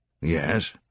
Yes